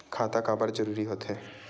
खाता काबर जरूरी हो थे?